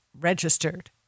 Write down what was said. registered